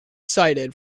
cited